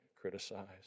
criticized